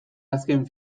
azken